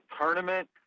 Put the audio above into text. tournament